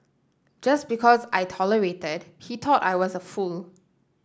just because I tolerated he thought I was a fool